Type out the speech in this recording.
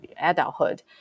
adulthood